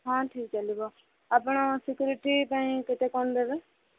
ହଁ ଠିକ୍ ଚାଲିବ ଆପଣ ସିକ୍ୟୁରିଟି ପାଇଁ କେତେ କ'ଣ ଦେବେ